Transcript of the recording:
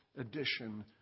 edition